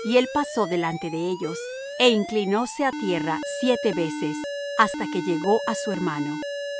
y él pasó delante de ellos é inclinóse á tierra siete veces hasta que llegó á su hermano